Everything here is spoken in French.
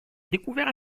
découvert